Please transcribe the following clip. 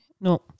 no